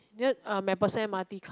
near uh MacPherson m_r_t come